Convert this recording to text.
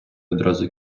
одразу